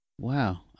Wow